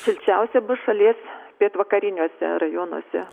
šilčiausia bus šalies pietvakariniuose rajonuose